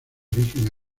origen